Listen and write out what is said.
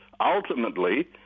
ultimately